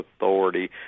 authority